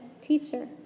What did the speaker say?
teacher